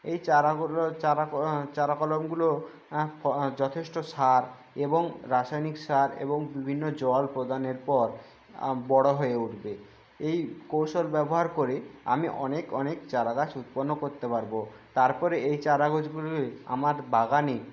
এই চারাগুলো চারা চারা কলমগুলো যথেষ্ট সার এবং রাসায়নিক সার এবং বিভিন্ন জল প্রদানের পর বড়ো হয়ে উঠবে এই কৌশল ব্যবহার করেই আমি অনেক অনেক চারা গাছ উৎপন্ন করতে পারবো তারপরে এই চারা গাছগুলি আমার বাগানে